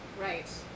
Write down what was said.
Right